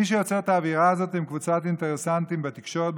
מי שיוצר את האווירה הזאת הם קבוצת אינטרסנטים בתקשורת,